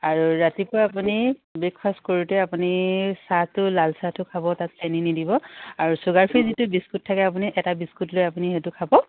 আৰু ৰাতিপুৱা আপুনি ব্ৰেকফাষ্ট কৰোতে আপুনি চাহটো লাল চাহটো খাব তাত চেনি নিদিব আৰু চুগাৰ ফ্ৰী যিটো বিস্কুট থাকে আপুনি এটা বিস্কুট লৈ আপনি সেইটো খাব